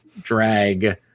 drag